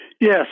Yes